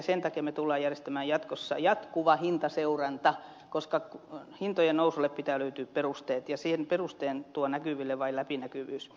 sen takia me tulemme järjestämään jatkossa jatkuvan hintaseurannan koska hintojen nousulle pitää löytyä perusteet ja perusteen tuo näkyville vain läpinäkyvyys